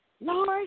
Lord